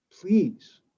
Please